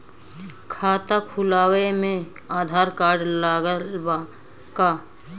खाता खुलावे म आधार कार्ड लागत बा का?